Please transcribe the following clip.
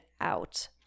out